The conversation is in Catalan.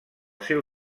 seu